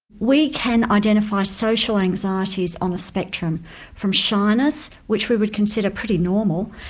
we can identify social anxieties on a spectrum from shyness, which we would consider pretty normal,